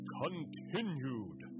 continued